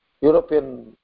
European